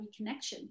reconnection